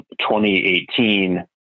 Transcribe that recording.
2018